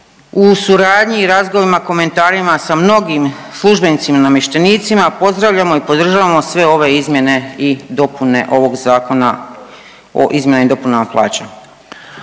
u suradnji i razgovorima, komentarima sa mnogim službenicima i namještenicima, pozdravljamo i podržavamo sve ove izmjene i dopune ovog zakona o izmjenama i dopunama plaća.